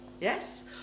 Yes